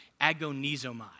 agonizomai